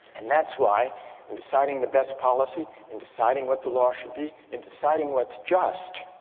and that's why in deciding the best policy, in deciding what the law should be, in deciding what's just,